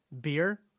beer